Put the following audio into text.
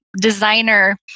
designer